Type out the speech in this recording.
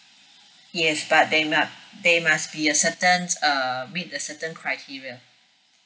yes but they must they must be a certain err meet the certain criteria